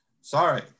sorry